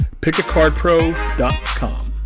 PickACardPro.com